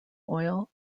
oil